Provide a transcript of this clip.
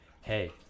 hey